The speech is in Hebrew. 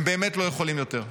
הם באמת לא יכולים יותר,